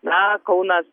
na kaunas